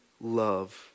love